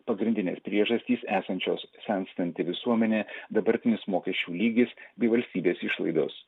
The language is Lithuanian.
pagrindinės priežastys esančios senstanti visuomenė dabartinis mokesčių lygis bei valstybės išlaidos